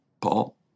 Paul